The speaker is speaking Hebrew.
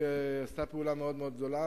היא עשתה פעולה מאוד מאוד גדולה,